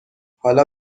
حالا